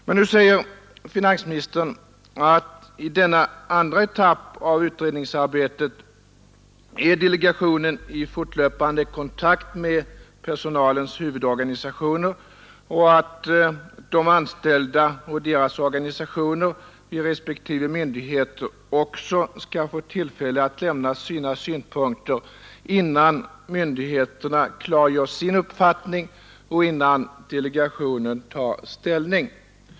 Men nu säger finansministern att i denna andra etapp av utredningsarbetet är delegationen i fortlöpande kontakt med personalens huvudorganisationer och att de anställda och deras organisationer i respektive myndigheter också skall få tillfälle att lämna sina synpunkter innan myndigheterna klargör sin uppfattning och innan delegationen tar ställning.